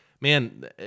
man